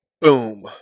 Boom